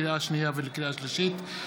לקריאה שנייה ולקריאה שלישית,